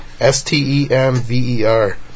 S-T-E-M-V-E-R